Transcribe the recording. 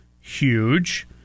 huge